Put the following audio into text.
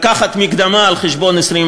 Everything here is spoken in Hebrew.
לקחת מקדמה על חשבון 2020